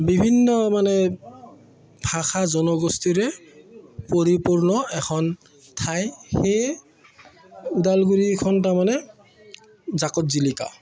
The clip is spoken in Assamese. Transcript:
বিভিন্ন মানে ভাষা জনগোষ্ঠীৰে পৰিপূৰ্ণ এখন ঠাই সেয়ে ওদালগুৰিখন তাৰমানে জাকত জিলিকা